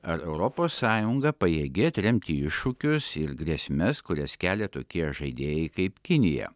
ar europos sąjunga pajėgi atremti iššūkius ir grėsmes kurias kelia tokie žaidėjai kaip kinija